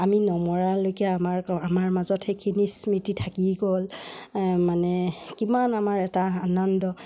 আমি নমৰালৈকে আমাৰ আমাৰ মাজত সেইখিনি স্মৃতি থাকি গ'ল মানে কিমান আমাৰ এটা আনন্দ